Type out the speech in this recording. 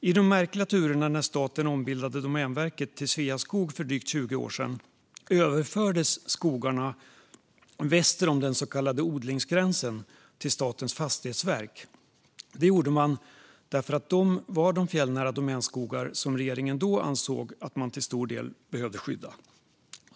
I de märkliga turerna när staten ombildade Domänverket till Sveaskog för drygt 20 år sedan överfördes skogarna väster om den så kallade odlingsgränsen till Statens fastighetsverk. Det gjorde man för att detta var de fjällnära Domänskogar som regeringen då ansåg att man till stor del behövde skydda.